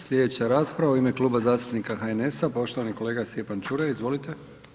Slijedeća rasprava u ime Kluba zastupnika HNS-a, poštovani kolega Stjepan Čuraj, izvolite.